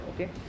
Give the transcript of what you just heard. okay